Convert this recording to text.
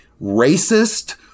racist